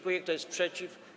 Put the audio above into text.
Kto jest przeciw?